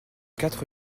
quatre